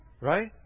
Right